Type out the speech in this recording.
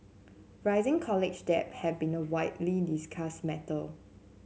rising college debt have been a widely discussed matter